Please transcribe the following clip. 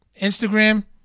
Instagram